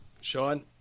Sean